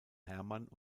hermann